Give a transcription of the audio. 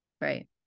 right